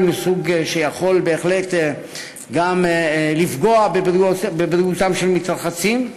מסוג שיכול בהחלט גם לפגוע בבריאותם של מתרחצים.